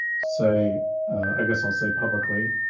say i guess i'll say publicly,